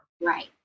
Right